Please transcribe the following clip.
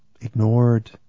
ignored